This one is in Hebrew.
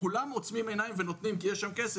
שכולם עוצמים עיניים ונותנים כי יש שם כסף,